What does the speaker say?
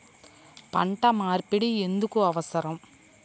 పంట మార్పిడి ఎందుకు అవసరం?